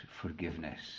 forgiveness